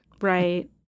Right